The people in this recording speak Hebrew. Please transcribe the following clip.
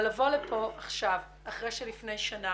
אבל לבוא לכאן עכשיו, אחרי שלפני שנה